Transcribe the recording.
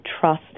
trust